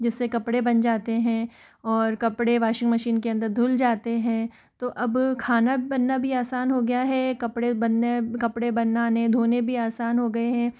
जिससे कपड़े बन जाते हैं और कपड़े वॉशिंग मशीन के अंदर धुल जाते हैं तो अब खाना बनना भी आसान हो गया है कपड़े बनने कपड़े बनाने धोने भी आसान हो गए हैं